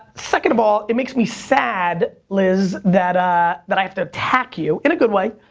second of all, it makes me sad, liz, that ah that i have to attack you, in a good way.